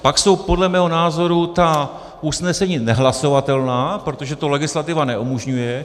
Pak jsou podle mého názoru ta usnesení nehlasovatelná, protože to legislativa neumožňuje.